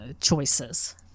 choices